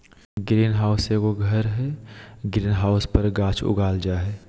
green house एगो घर हइ, ग्रीन हाउस पर गाछ उगाल जा हइ